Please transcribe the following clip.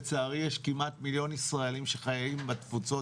לצערי יש כמעט מיליון ישראלים שחיים בתפוצות,